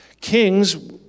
Kings